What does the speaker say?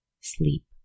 sleep